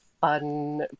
fun